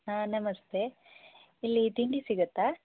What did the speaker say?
ಹಾಂ ನಮಸ್ತೆ ಇಲ್ಲಿ ತಿಂಡಿ ಸಿಗತ್ತಾ